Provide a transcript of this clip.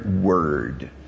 word